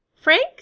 Frank